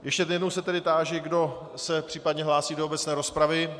Ještě jednou se tedy táži, kdo se případně hlásí do obecné rozpravy.